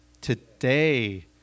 today